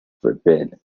forbid